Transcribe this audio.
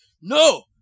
No